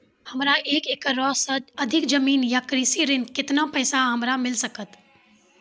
हमरा एक एकरऽ सऽ अधिक जमीन या कृषि ऋण केतना पैसा हमरा मिल सकत?